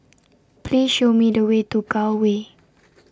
Please Show Me The Way to Gul Way